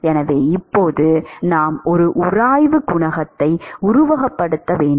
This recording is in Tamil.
எனவே இப்போது நாம் ஒரு உராய்வு குணகத்தை உருவகப்படுத்த வேண்டும்